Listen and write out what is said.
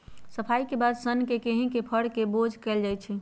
सफाई के बाद सन्न के ककहि से फेर कऽ सोझ कएल जाइ छइ